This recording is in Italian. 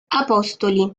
apostoli